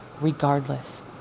regardless